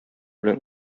белән